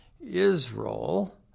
Israel